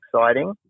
exciting